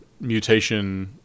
mutation